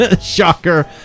shocker